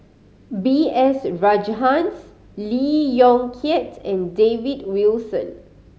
B S Rajhans Lee Yong Kiat and David Wilson